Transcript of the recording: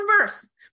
verse